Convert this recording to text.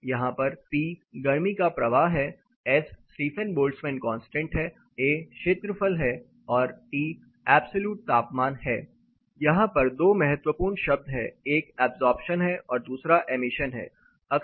Ps×A×T4 यहां पर P गर्मी का प्रवाह s Stefan Boltzmann constant A क्षेत्रफल और Tऐब्सलूट तापमान यहां दो महत्वपूर्ण शब्द हैं एक अब्ज़ॉर्प्शन है दूसरा इमिशन उत्सर्जन है